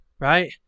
right